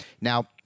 Now